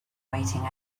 waiting